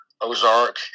Ozark